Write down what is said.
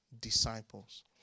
disciples